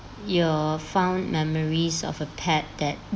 your fond memories of a pet that